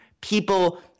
people